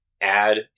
add